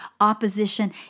opposition